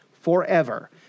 forever